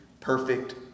perfect